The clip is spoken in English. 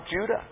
Judah